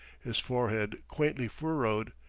his forehead quaintly furrowed,